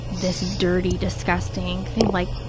this dirty, disgusting thing, like,